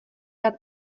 rád